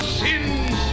sins